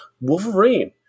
Wolverine